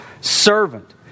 servant